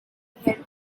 the